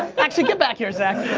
actually, get back here zach.